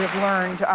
learned,